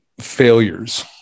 failures